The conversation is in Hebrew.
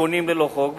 בונים ללא חוק,